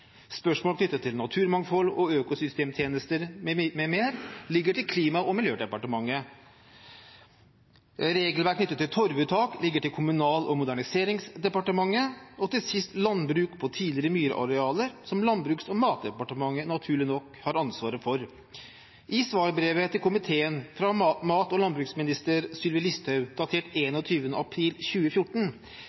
Spørsmål knyttet til naturmangfold, økosystemtjenester m.m. ligger til Klima- og miljødepartementet, regelverk knyttet til torvuttak ligger til Kommunal- og moderniseringsdepartementet, og – til sist – landbruk på tidligere myrarealer er det naturlig nok Landbruks- og matdepartementet som har ansvaret for. I svarbrevet til komiteen fra mat- og landbruksminister Sylvi Listhaug, datert 21. april